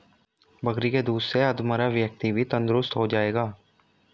बकरी के दूध से अधमरा व्यक्ति भी तंदुरुस्त हो जाएगा